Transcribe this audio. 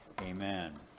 Amen